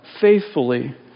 faithfully